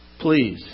Please